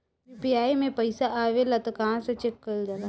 UPI मे पइसा आबेला त कहवा से चेक कईल जाला?